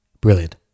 brilliant